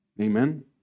Amen